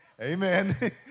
amen